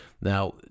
now